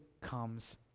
comes